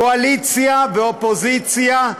קואליציה ואופוזיציה,